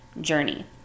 journey